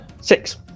Six